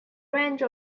range